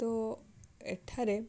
ତୋ ଏଠାରେ